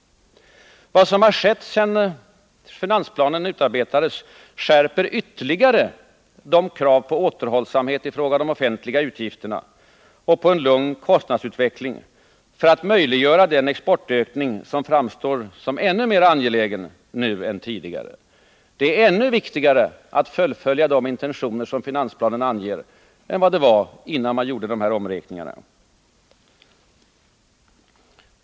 Vad som har skett sedan finansplanen utarbetades skärper ytterligare dess krav på återhållsamhet i fråga om de offentliga utgifterna och på en lugn kostnadsutveckling för att möjliggöra den exportökning som framstår som ännu mer angelägen nu än tidigare. Det är ännu viktigare att fullfölja de intentioner som finansplanen anger än det var innan man gjorde dessa omräkningar.